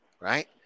right